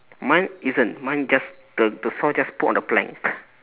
mine isn't mine just the the saw just put on the plank